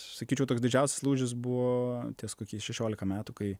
sakyčiau toks didžiausias lūžis buvo ties kokiais šešiolika metų kai